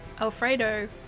Alfredo